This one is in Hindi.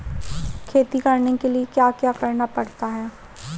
खेती करने के लिए क्या क्या करना पड़ता है?